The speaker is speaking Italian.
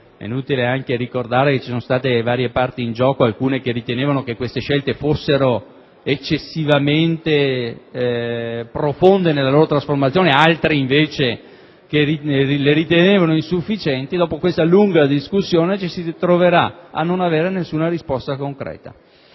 inutile ricordare che vi sono state varie parti in gioco, alcune delle quali ritenevano che queste scelte fossero eccessivamente profonde nella loro trasformazione, altre le ritenevano insufficienti. Dopo questa lunga discussione ci si troverà a non avere nessuna risposta concreta.